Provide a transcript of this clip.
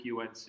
UNC